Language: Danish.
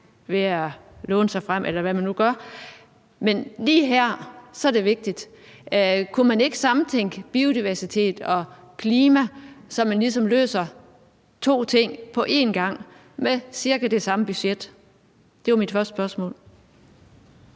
ved at låne sig frem, eller hvad man nu gør. Men lige her er det vigtigt. Kunne man ikke samtænke biodiversitet og klima, så man ligesom løser to ting på én gang med cirka det samme budget? Det var mit første spørgsmål.